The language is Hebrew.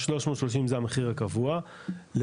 ה-330 זה המחיר הקבוע,